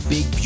Big